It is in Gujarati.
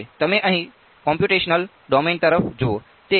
તમે અહી કોમ્પ્યુટેશનલ ડોમેઈન તરફ જૂઓ